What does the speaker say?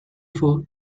for